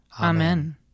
Amen